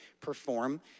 perform